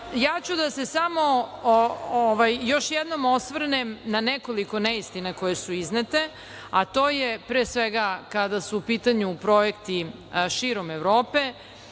ću da se osvrnem na nekoliko neistina koje su iznete. To je, pre svega, kada su u pitanju projekti širom Evrope,